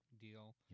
deal